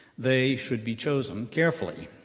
they should be chosen carefully,